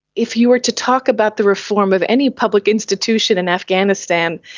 if you were to talk about the reform of any public institution in afghanistan,